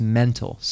mental